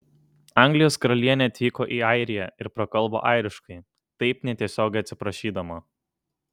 anglijos karalienė atvyko į airiją ir prakalbo airiškai taip netiesiogiai atsiprašydama